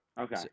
Okay